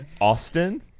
Austin